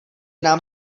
nám